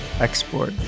export